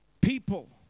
people